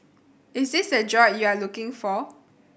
is this the droid you're looking for